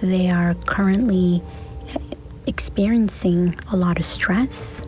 they are currently experiencing a lot of stress